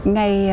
Ngày